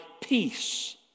peace